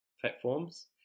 platforms